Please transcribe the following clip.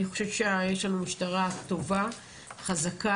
אני חושבת שיש לנו משטרה טובה וחזקה,